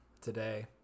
Today